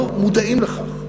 לא מודעים לכך.